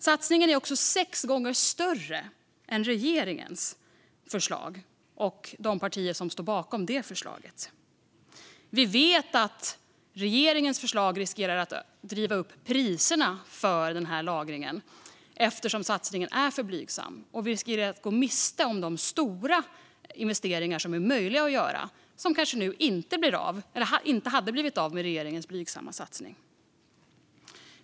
Satsningen är också sex gånger större än regeringens förslag - och de partier som står bakom det förslaget. Vi vet att regeringens förslag riskerar att driva upp priserna för lagringen eftersom satsningen är för blygsam, och vi riskerar att gå miste om de stora investeringar som är möjliga att göra och som inte hade blivit av med regeringens blygsamma satsning.